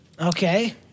Okay